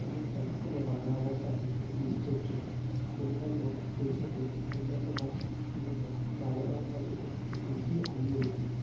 অনেকটাই আমাদের বাংলা ভাষাকে ওন বিশ্বের চোখে অন্যান্য দেশেতে অন্যান্য ভাষার তুলনায় বাংলা ভাষাটাকে একটি বেশিই এগিয়ে রেখেছে